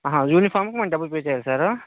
ఆహా యూనిఫామ్కి మేము డబ్బులు పే చెయ్యాలా సార్